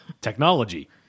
Technology